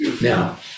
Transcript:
Now